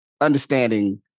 understanding